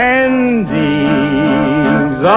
endings